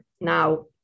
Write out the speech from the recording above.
Now